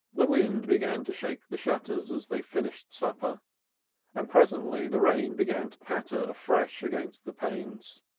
the wind began to shake the shutters as they finished supper and presently the rain began to patter afresh against the panes.